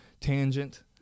tangent